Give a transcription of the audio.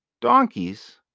donkeys